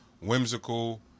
whimsical